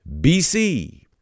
BC